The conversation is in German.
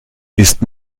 ist